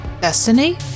Destiny